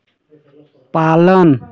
पालन